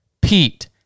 Pete